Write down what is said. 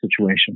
situation